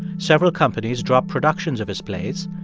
several companies dropped productions of his plays.